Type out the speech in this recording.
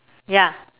ya